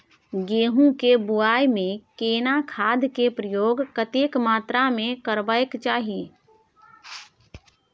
गेहूं के बुआई में केना खाद के प्रयोग कतेक मात्रा में करबैक चाही?